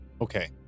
Okay